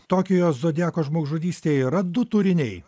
tokijo zodiako žmogžudystėj yra du turiniai